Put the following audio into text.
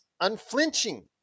unflinching